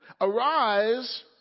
Arise